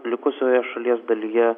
likusioje šalies dalyje